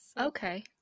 Okay